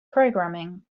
programming